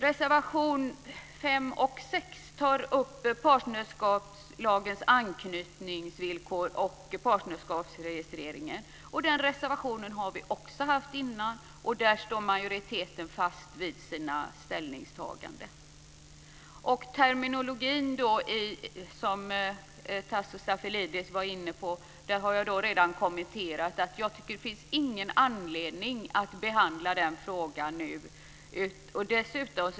Reservationerna 5 och 6 tar upp partnerskapslagens anknytningsvillkor och partnerskapsregistrering utomlands. Den reservationen har vi också haft med tidigare. Där står majoriteten fast vid sitt ställningstagande. Tasso Stafilidis var inne på terminologin. Det har jag redan kommenterat. Det finns ingen anledning att behandla den frågan nu.